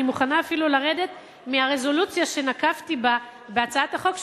אני מוכנה אפילו לרדת מהרזולוציה שנקבתי בה בהצעת החוק שלי,